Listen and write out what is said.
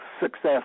success